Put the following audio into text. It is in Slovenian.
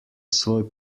svoj